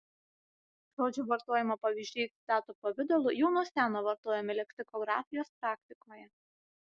žodžių vartojimo pavyzdžiai citatų pavidalu jau nuo seno vartojami leksikografijos praktikoje